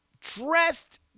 Dressed